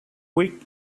week